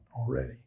already